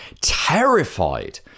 terrified